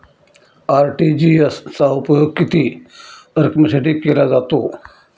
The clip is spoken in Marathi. आर.टी.जी.एस चा उपयोग किती रकमेसाठी केला जातो?